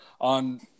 On